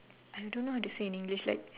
I don't know how to say in English like